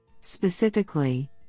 Specifically